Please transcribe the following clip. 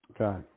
okay